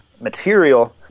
material